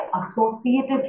associated